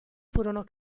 furono